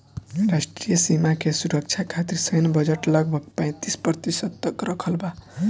राष्ट्रीय सीमा के सुरक्षा खतिर सैन्य बजट लगभग पैंतीस प्रतिशत तक रखल बा